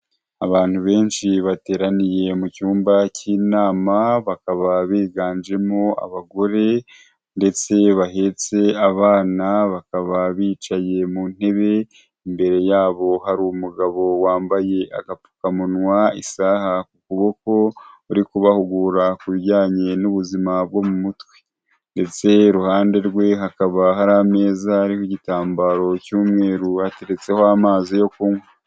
Abantu benshi bateraniye mu cyumba cy'inama bakaba biganjemo abagore ndetse bahetse abana bakaba bicaye mu ntebe imbere yabo hari umugabo wambaye agapfukamunwa, isaha ukuboko, uri kubahugura ku bijyanye n'ubuzima bwo mu mutwe ndetse iruhande rwe hakaba hari ameza ariho igitambaro cy'umweru ateretseho amazi yo kunywa.